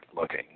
looking